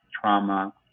trauma